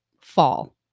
fall